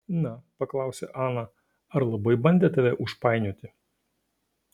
na paklausė ana ar labai bandė tave užpainioti